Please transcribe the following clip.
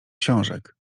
książek